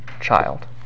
child